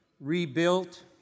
rebuilt